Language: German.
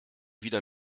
wieder